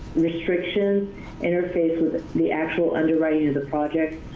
restrictions interface with the actual underwriting of the project,